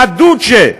לדוצ'ה,